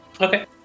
Okay